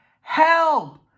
help